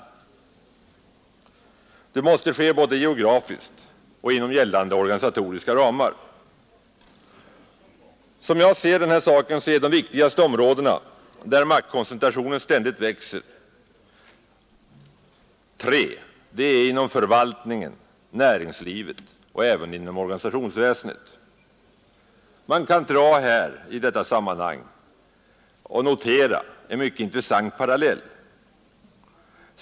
Denna spridning måste ske både geografiskt och inom gällande organisatoriska ramar. Som jag ser det är de viktigaste områdena där maktkoncentrationen ständigt växer tre: inom förvaltningen, inom näringslivet och även inom organisationsväsendet. Man kan här notera en mycket intressant parallell.